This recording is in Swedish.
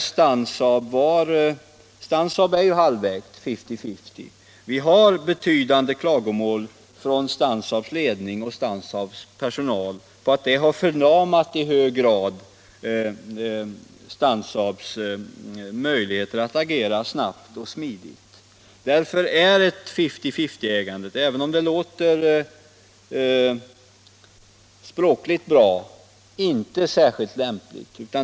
Stansaab är ju halvägt och det har varit betydande klagomål från Stansaabs ledning och personal på att det i hög grad har förlamat företagets möjligheter att agera snabbt och smidigt. Därför är ett fifty-fifty-ägande, även om det låter bra språkligt, inte särskilt lämpligt.